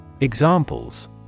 Examples